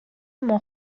mon